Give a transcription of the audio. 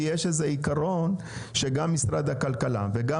כי יש איזה עיקרון שגם משרד הכלכלה וגם